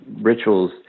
rituals